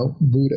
Buddha